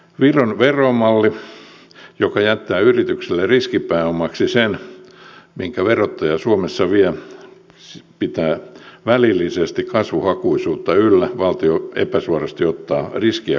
viron veromalli joka jättää yritykselle riskipääomaksi sen minkä verottaja suomessa vie pitää välillisesti kasvuhakuisuutta yllä valtio epäsuorasti ottaa riskiä kantaakseen